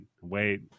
wait